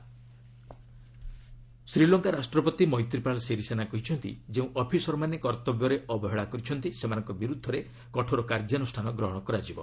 SL president Sri Lanka ରାଷ୍ଟ୍ରପତି ମେତ୍ରୀପାଳ ସିରିସେନା କହିଛନ୍ତି ଯେଉଁ ଅଫିସରମାନେ କର୍ତ୍ତବ୍ୟରେ ଅବହେଳା କରିଛନ୍ତି ସେମାନଙ୍କ ବିରୁଦ୍ଧରେ କଠୋର କାର୍ଯ୍ୟାନୁଷ୍ଠାନ ଗ୍ରହଣ କରାଯିବ